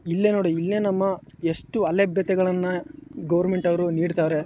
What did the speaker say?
ಇಲ್ಲೇ ನೋಡಿ ಇಲ್ಲೇ ನಮ್ಮ ಎಷ್ಟು ಅಲಭ್ಯತೆಗಳನ್ನು ಗೌರ್ಮೆಂಟವ್ರು ನೀಡ್ತಾರೆ